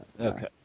Okay